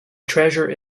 treasure